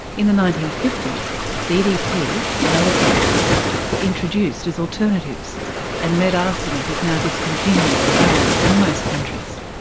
in the nineteen fifty s ddt and other chemicals were introduced as alternatives and lead arsenate is now discontinued or banned in most countries.